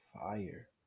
fire